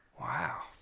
Wow